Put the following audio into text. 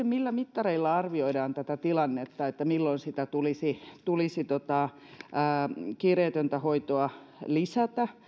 millä mittareilla arvioidaan tätä tilannetta milloin tulisi tulisi kiireetöntä hoitoa lisätä